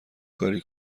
کاری